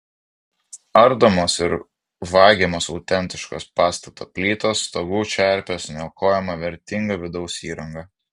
ardomos ir vagiamos autentiškos pastato plytos stogų čerpės niokojama vertinga vidaus įranga